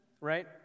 right